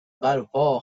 برپا